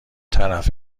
طرف